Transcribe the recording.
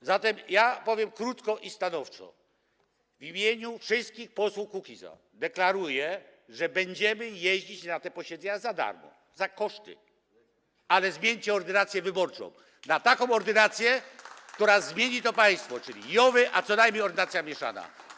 A zatem powiem krótko i stanowczo: w imieniu wszystkich posłów Kukiza deklaruję, że będziemy jeździć na posiedzenia za darmo, za zwrot kosztów, ale zmieńcie ordynację wyborczą na taką, która zmieni to państwo, czyli JOW-y albo co najmniej ordynacja mieszana.